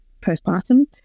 postpartum